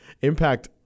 Impact